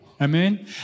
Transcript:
Amen